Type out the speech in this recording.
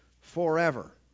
forever